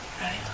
right